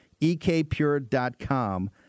EKPure.com